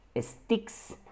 sticks